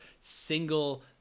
single